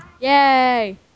Yay